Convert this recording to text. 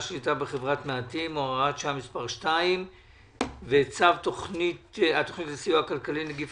שליטה בחברת מעטים) (הוראת שעה מס' 2); וצו התוכנית לסיוע כלכלי (נגיף